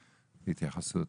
בבקשה.